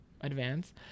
advance